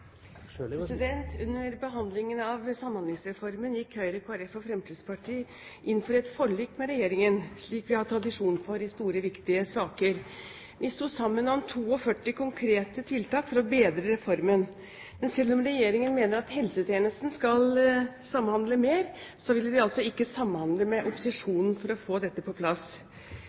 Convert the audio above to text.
Under behandlingen av Samhandlingsreformen gikk Høyre, Kristelig Folkeparti og Fremskrittspartiet inn for et forlik med regjeringen, slik vi har tradisjon for i store, viktige saker. Vi sto sammen om 42 konkrete tiltak for å bedre reformen. Men selv om regjeringen mener at helsetjenesten skal samhandle mer, ville den altså ikke samhandle med opposisjonen for å få dette på plass